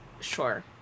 Sure